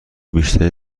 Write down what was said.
بیشتری